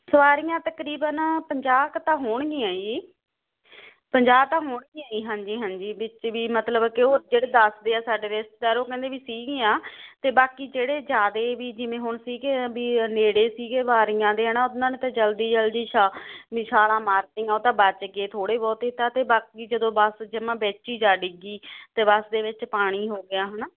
ਸਵਾਰੀਆਂ ਤਕਰੀਬਨ ਪੰਜਾਹ ਕੁ ਤਾਂ ਹੋਣਗੀਆਂ ਜੀ ਪੰਜਾਹ ਤਾਂ ਹੋਣਗੀਆਂ ਹਾਂਜੀ ਹਾਂਜੀ ਵਿੱਚ ਵੀ ਮਤਲਵ ਕੀ ਉਹ ਜਿਹੜੇ ਦੱਸਦੇ ਆ ਸਾਡੇ ਰਿਸ਼ਤੇਦਾਰ ਉਹ ਕਹਿੰਦੇ ਵੀ ਸੀਗੀਆਂ ਤੇ ਬਾਕੀ ਜਿਹੜੇ ਜਿਆਦੇ ਜਿਵੇਂ ਹੁਣ ਸੀਗੇ ਵੀ ਨੇੜੇ ਸੀਗੇ ਬਾਰੀਆਂ ਦੇ ਉਨਾਂ ਨੇ ਤਾਂ ਜਲਦੀ ਸ਼ਾ ਛਾਲਾਂ ਮਾਰਤੀਆਂ ਉਹ ਤਾਂ ਬਚਗੇ ਥੋੜੇ ਬਹੁਤੇ ਤੇ ਬਾਕੀ ਜਦੋਂ ਬੱਸ ਜਮਾਂ ਵਿੱਚ ਈ ਜਾ ਡਿੱਗੀ ਤੇ ਬੱਸ ਦੇ ਵਿੱਚ ਪਾਣੀ ਹੋ ਗਿਆ ਹਨਾ